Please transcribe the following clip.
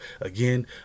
again